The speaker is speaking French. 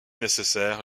nécessaire